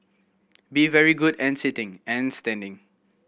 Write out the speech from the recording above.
be very good and sitting and standing